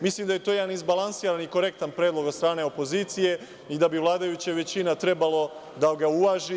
Mislim da je to jedan izbalansiran i korektan predlog od strane opozicije i da bi vladajuća većina trebalo da ga uvaži.